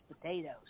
potatoes